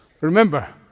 Remember